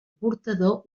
portador